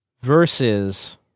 versus